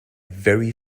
very